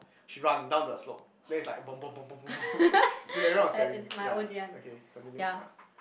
she run down the slope then is like !bom bom bom bom bom! then everyone was staring ya okay continue ah